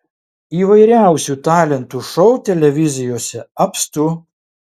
įvairiausių talentų šou televizijose apstu